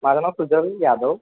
माझं नाव सुजल यादव